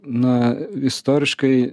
na istoriškai